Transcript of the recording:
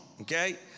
okay